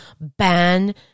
ban